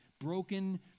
broken